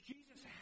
Jesus